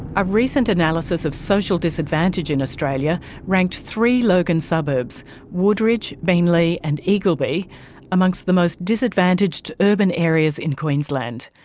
a recent analysis of social disadvantage in australia ranked three logan suburbs woodridge, beenleigh and eagleby amongst the most disadvantaged urban areas in queensland.